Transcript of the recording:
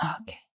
Okay